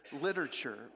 literature